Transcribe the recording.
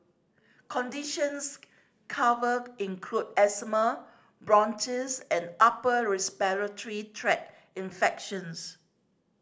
conditions covered include asthma bronchitis and upper respiratory tract infections